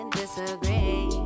disagree